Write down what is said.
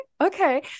Okay